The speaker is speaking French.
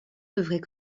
devrait